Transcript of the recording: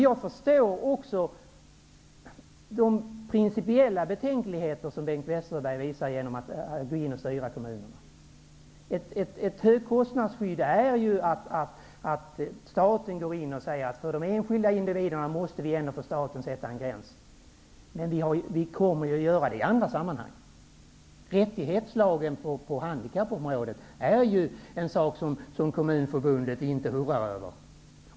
Jag förstår också de principiella betänkligheter som Bengt Westerberg har mot att gå in och styra i kommunerna. Ett högkostnadsskydd innebär ju att staten går in och säger att staten måste sätta en gräns för de enskilda individerna. Vi kommer att göra det i andra sammanhang. Rättighetslagen på handikappområdet är ju en sak som Kommunförbundet inte hurrar över.